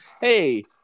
hey